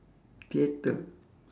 theatre